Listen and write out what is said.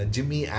Jimmy